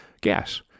gas